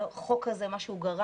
מה שהחוק הזה גרם,